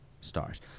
stars